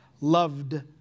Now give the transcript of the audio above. loved